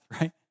right